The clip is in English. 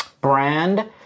brand